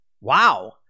Wow